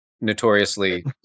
notoriously